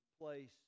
place